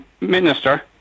minister